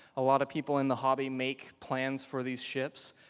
a lot of people in the hobby make plans for these ships,